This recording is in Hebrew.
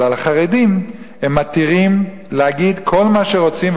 אבל על החרדים הם מתירים להגיד כל מה שרוצים,